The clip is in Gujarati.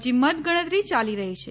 હજી મતગણતરી ચાલી રહી છે